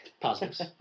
positives